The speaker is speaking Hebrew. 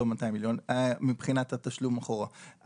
לא 200 מיליון מבחינת התשלום אחורה.